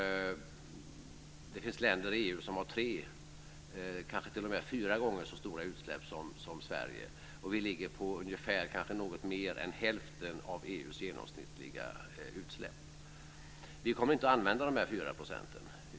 Det finns länder i EU som har tre, ja kanske t.o.m. fyra gånger så stora utsläpp som Sverige. Sverige ligger på ungefär något mer än hälften av EU:s genomsnittliga utsläpp. Vi kommer inte att använda de här 4 procenten.